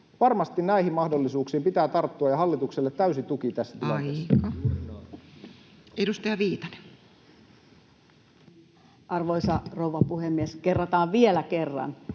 Varmasti näihin mahdollisuuksiin pitää tarttua, ja hallitukselle täysi tuki [Puhemies: Aika!] tässä tilanteessa. Edustaja Viitanen. Arvoisa rouva puhemies! Kerrataan vielä kerran,